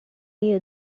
you